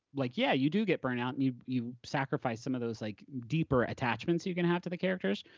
like, yeah, you do get burnout and you you sacrifice some of those like deeper attachments you're gonna have to the characters.